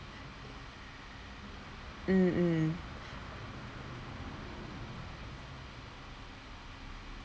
mm mm